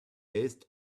based